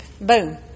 boom